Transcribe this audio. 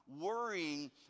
worrying